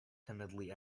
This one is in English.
timidly